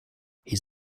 his